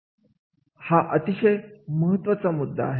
हा अतिशय महत्त्वाचा मुद्दा आहे